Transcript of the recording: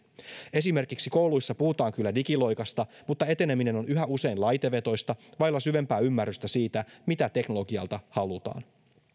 esimerkiksi kouluissa puhutaan kyllä digiloikasta mutta eteneminen on yhä usein laitevetoista vailla syvempää ymmärrystä siitä mitä teknologialta halutaan